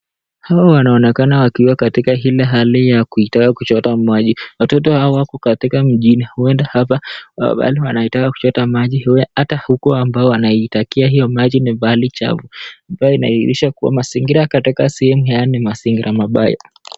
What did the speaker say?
Hawa wanaonekana wakiwa katika ile hali ya kuitaka kuchota maji. Watoto hao wako katika mjini huenda hapa pahali wanitaka kuchota maji. Hata huku ambao wanaitakia hiyo maji ni mbali chafu ambayo inaisha kuwa mazingira katika sehemu yani mazingira mabaya.